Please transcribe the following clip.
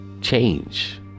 change